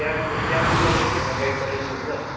त्यहाँ त्यहाँ पनि तपाईँहरूले एउटा गाइड पठाइदिनु हुन्छ